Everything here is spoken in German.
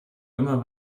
immer